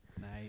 Nice